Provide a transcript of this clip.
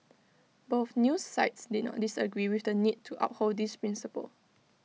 both news sites did not disagree with the need to uphold this principle